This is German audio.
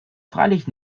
freilich